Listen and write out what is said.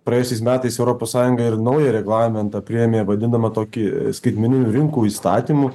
praėjusiais metais europos sąjungą ir naują reglamentą priėmė vadinamą tokį skaitmeninių rinkų įstatymu